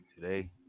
Today